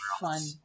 fun